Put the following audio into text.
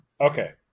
Okay